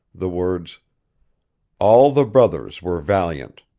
the words all the brothers were valiant